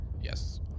Yes